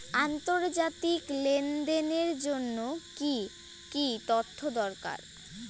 আন্তর্জাতিক লেনদেনের জন্য কি কি তথ্য দরকার?